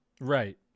Right